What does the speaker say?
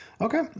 Okay